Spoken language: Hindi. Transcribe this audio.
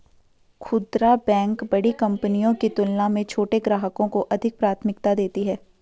खूदरा बैंक बड़ी कंपनियों की तुलना में छोटे ग्राहकों को अधिक प्राथमिकता देती हैं